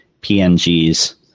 PNGs